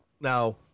Now